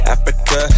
Africa